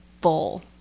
full